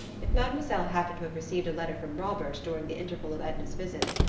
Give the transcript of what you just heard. if mademoiselle happened to have received a letter from robert during the interval of edna's visits,